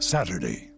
Saturday